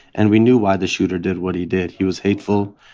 and we knew why the shooter did what he did. he was hateful.